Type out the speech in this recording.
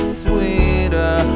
sweeter